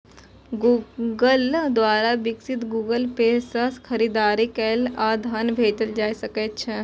Google द्वारा विकसित Google Pay सं खरीदारी कैल आ धन भेजल जा सकै छै